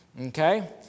Okay